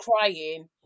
crying